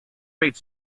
rate